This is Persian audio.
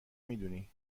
میدونی